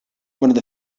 one